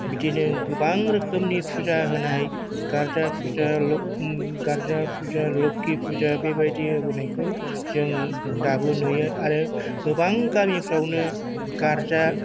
बिदिनो गोबां रोखोमनि फुजा होनाय गारजा फुजा लखि फुजा बेबायदि होबोनायखौ जों दाबो नुयो आरो गोबां गामिफोरावनो गारजा